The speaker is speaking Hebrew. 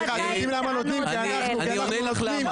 לא.